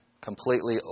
completely